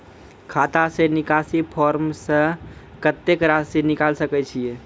खाता से निकासी फॉर्म से कत्तेक रासि निकाल सकै छिये?